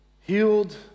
healed